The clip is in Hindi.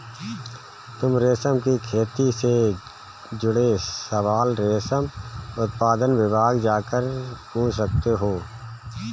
तुम रेशम की खेती से जुड़े सवाल रेशम उत्पादन विभाग जाकर भी पूछ सकते हो